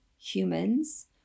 humans